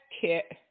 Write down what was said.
kit